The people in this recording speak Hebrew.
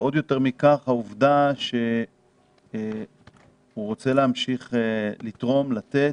מרגשת העובדה שהוא רוצה להמשיך לתרום ולתת,